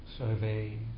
Survey